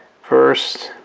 first